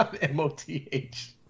M-O-T-H